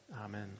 Amen